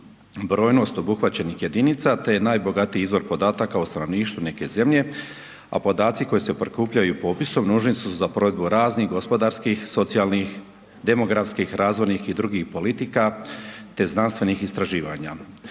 brojnost obuhvaćenih jedinica te je najbogatiji izvor podataka o stanovništvu neke zemlje, a podaci koji se prikupljaju popisom nužni su za provedbu raznih gospodarskih, socijalnih, demografskih, razvojnih i drugih politika te znanstvenih istraživanja.